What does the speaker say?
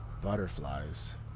butterflies